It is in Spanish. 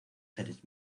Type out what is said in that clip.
seres